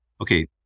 okay